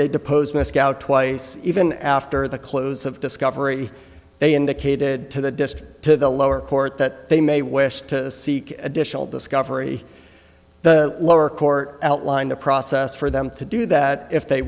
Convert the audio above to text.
they deposed my scout twice even after the close of discovery they indicated to the district to the lower court that they may wish to seek additional discovery the lower court outlined a process for them to do that if they